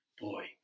boy